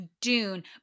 Dune